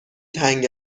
تنگ